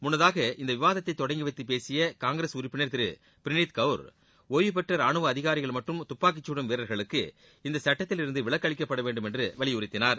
முன்னதாக இந்த விவாதத்தை தொடங்கி வைத்து பேசிய காங்கிரஸ் உறுப்பினர் திரு பிரனீத் கவுர் ஒய்வுபெற்ற ராணுவ அதிகாரிகள் மற்றும் துப்பாக்கிச்சுடும் வீரர்களுக்கு இச்சட்டத்தில் இருந்து விலக்கு அளிக்கப்பட வேண்டும் என்று வலியுறுத்தினார்